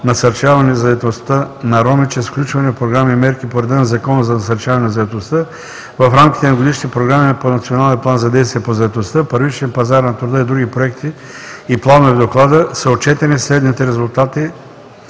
Насърчаване на заетостта на роми, чрез включване в програми и мерки по реда на Закона за насърчаване на заетостта (ЗНЗ), в рамките на годишните програми по Националния план за действие по заетостта, първичния пазар на труда и други проекти и планове в доклада са отчетени следните резултати: